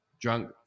drunk